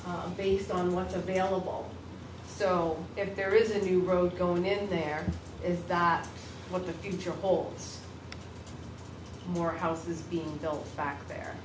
based on what's available so if there is a new road going in there is that what the future holds more houses being built back there